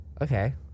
Okay